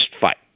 fight